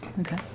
Okay